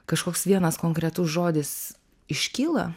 kažkoks vienas konkretus žodis iškyla